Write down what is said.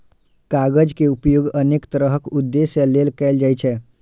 कागज के उपयोग अनेक तरहक उद्देश्य लेल कैल जाइ छै